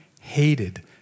hated